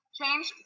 change